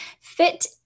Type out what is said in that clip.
fit